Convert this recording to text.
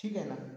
ठीक आहे ना